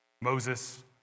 Moses